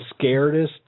scaredest